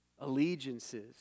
Allegiances